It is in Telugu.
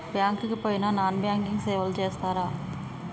బ్యాంక్ కి పోయిన నాన్ బ్యాంకింగ్ సేవలు చేస్తరా?